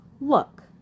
Look